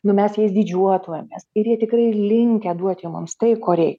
nu mes jais didžiuotumėmės ir jie tikrai linkę duot jie mums tai ko rei